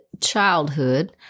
childhood